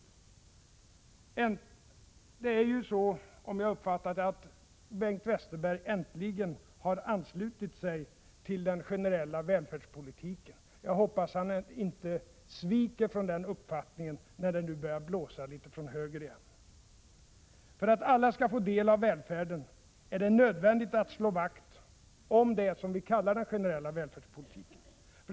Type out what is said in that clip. Bengt Westerberg har äntligen, om jag uppfattat det rätt, anslutit sig till den generella välfärdspolitiken. Jag hoppas att han inte sviker den uppfattningen när det nu börjar blåsa litet från höger. För att alla skall få del av välfärden är det nödvändigt att slå vakt om det vi kallar den generella välfärdspolitiken.